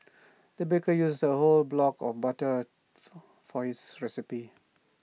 the baker used A whole block of butter for this recipe